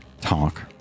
Talk